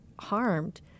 harmed